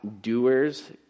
doers